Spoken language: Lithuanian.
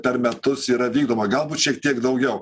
per metus yra vykdoma galbūt šiek tiek daugiau